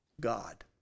God